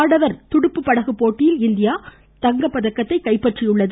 ஆண்கள் துடுப்பு படகு போட்டியில் இந்தியா தங்கப்பதக்கத்தை கைப்பற்றியது